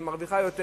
שהיא מרוויחה יותר,